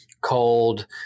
cold